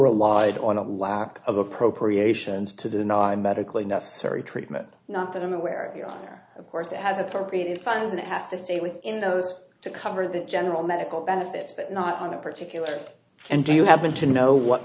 law on a lack of appropriations to deny medically necessary treatment not that i'm aware of course it has appropriated funds and asked to stay within those to cover the general medical benefits but not on a particular and do you happen to know what